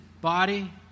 body